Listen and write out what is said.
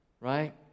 right